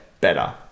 better